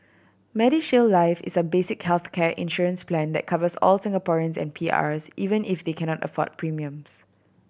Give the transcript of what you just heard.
MediShield Life is a basic healthcare insurance plan that covers all Singaporeans and P Rs even if they cannot afford premiums